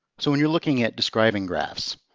so when you're looking at describing graphs,